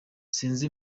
sinzi